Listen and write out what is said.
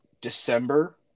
December